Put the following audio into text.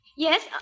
Yes